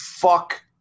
fuck